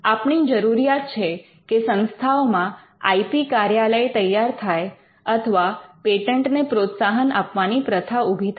આપણી જરૂરિયાત છે કે સંસ્થાઓમાં આઈ પી કાર્યાલય તૈયાર થાય અથવા પેટન્ટને પ્રોત્સાહન આપવાની પ્રથા ઊભી થાય